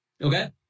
Okay